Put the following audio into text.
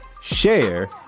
share